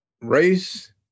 race